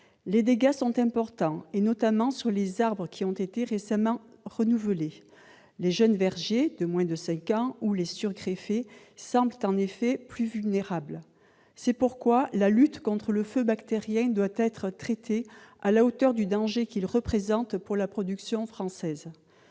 Les dégâts sont importants, notamment sur les arbres qui ont été récemment renouvelés ; les jeunes vergers, de moins de cinq ans, et les arbres surgreffés semblent en effet plus vulnérables. C'est pourquoi la lutte contre le feu bactérien doit être traitée à la hauteur du danger qu'il représente pour la production française.